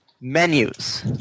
Menus